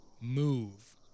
move